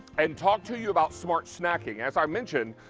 and talk to you about smart snacking. as i've mentioned,